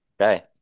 Okay